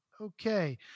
Okay